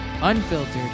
unfiltered